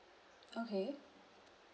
okay